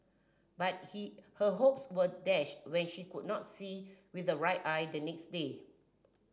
but he her hopes were dashed when she could not see with the right eye the next day